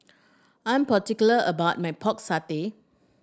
I'm particular about my Pork Satay